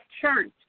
church